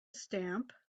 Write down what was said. stamp